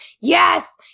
yes